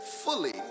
fully